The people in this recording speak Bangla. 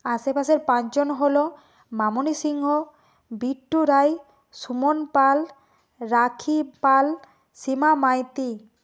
আশেপাশের পাঁচজন হল মামনি সিংহ বিট্টু রায় সুমন পাল রাখি পাল সীমা মাইতি